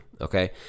Okay